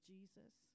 Jesus